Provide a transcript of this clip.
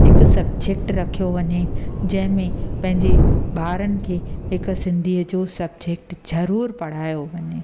हिकु सबजैक्ट रखियो वञे जंहिंमें पंहिंजे ॿारनि खे हिकु सिंधीअ जो सबजैक्ट ज़रूर पढ़ायो वञे